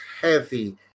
heavy